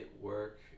work